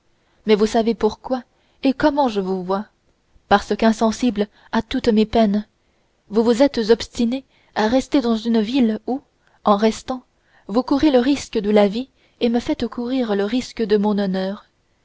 mais vous savez pourquoi et comment je vous vois milord je vous vois par pitié pour vous-même je vous vois parce qu'insensible à toutes mes peines vous vous êtes obstiné à rester dans une ville où en restant vous courez risque de la vie et me faites courir risque de mon honneur